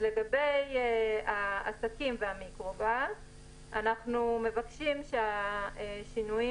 אז לגבי העסקים ועורקי נל"ן אנחנו מבקשים שהשינויים